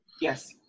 Yes